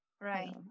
right